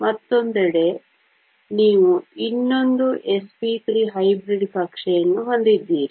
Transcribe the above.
ಮತ್ತೊಂದೆಡೆ ನೀವು ಇನ್ನೊಂದು sp3 ಹೈಬ್ರಿಡ್ ಕಕ್ಷೆಯನ್ನು ಹೊಂದಿದ್ದೀರಿ